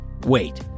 Wait